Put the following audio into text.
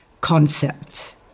concept